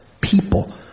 people